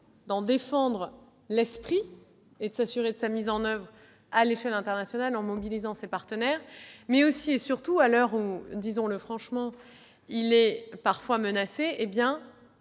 d'en défendre l'esprit et de s'assurer de sa mise en oeuvre à l'échelle internationale en mobilisant ses partenaires, mais aussi, et surtout, à l'heure où, disons-le franchement, il est parfois menacé, de le